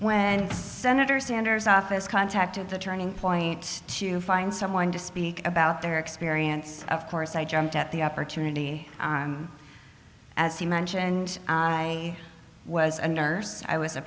when senator sanders office contacted the turning point to find someone to speak about their experience of course i jumped at the opportunity as you mentioned i was a nurse i was a